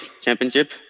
Championship